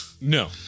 No